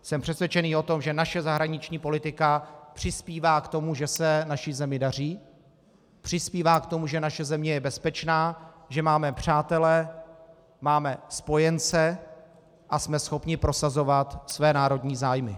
Jsem přesvědčen o tom, že naše zahraniční politika přispívá k tomu, že se naší zemi daří, přispívá k tomu, že naše země je bezpečná, že máme přátele, máme spojence a jsme schopni prosazovat své národní zájmy.